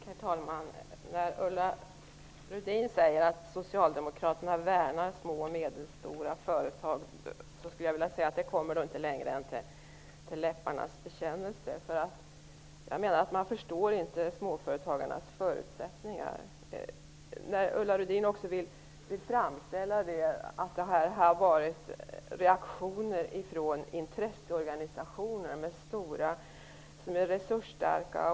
Herr talman! Ulla Rudin säger att Socialdemokraterna värnar små och medelstora företag. Jag skulle vilja säga att det inte går längre än till att bli läpparnas bekännelse. Man förstår inte småföretagarnas förutsättningar. Ulla Rudin vill också framställa det här som så att det har varit reaktioner från intresseorganisationer som är stora och resursstarka.